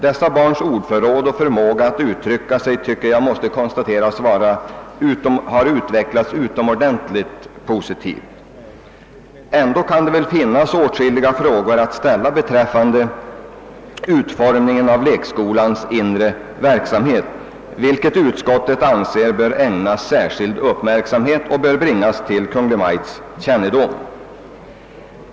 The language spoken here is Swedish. Dessa barns ordförråd har ökats och deras förmåga att uttrycka sig tycker jag måste konstateras ha utvecklats utomordentligt positivt. ändå kan det väl finnas åtskilliga frågor att ställa beträffande utformningen av lekskolans inre verksamhet, vilket utskottet anser bör ägnas särskild uppmärksamhet och bringas till Kungl. Maj:ts kännedom.